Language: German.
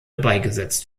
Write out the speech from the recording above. beigesetzt